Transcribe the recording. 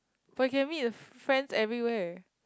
for you can meet friends every where